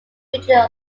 featured